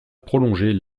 prolonger